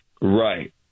Right